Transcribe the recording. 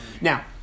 Now